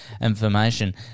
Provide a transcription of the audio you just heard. information